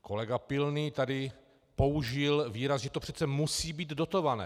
Kolega Pilný tady použil výraz, že to přece musí být dotované.